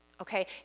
Okay